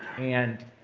and